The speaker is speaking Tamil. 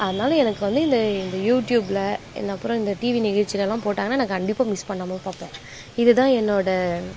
அதனால் எனக்கு வந்து இந்த இந்த யூடியூப்பில் அப்புறம் இந்த டிவி நிகழ்ச்சிலெல்லாம் போட்டாங்கன்னால் நான் கண்டிப்பாக மிஸ் பண்ணாமல் பார்ப்பேன் இது தான் என்னோடய